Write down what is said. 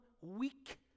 weak